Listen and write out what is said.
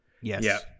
Yes